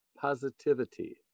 positivity